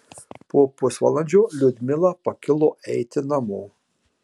po pusvalandžio liudmila pakilo eiti namo